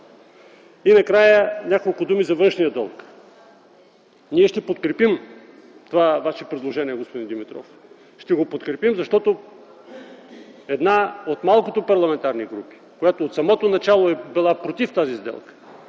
И накрая, няколко думи за външния дълг. Ние ще подкрепим това Ваше предложение, господин Димитров. Ще го подкрепим, защото една от малкото парламентарни групи, която от самото начало е била против тази сделка,